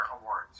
awards